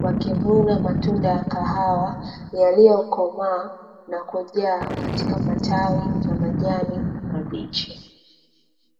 wakivuna matunda ya kahawa, yaliyokoma na kujaa katika matawi ya majani mabichi.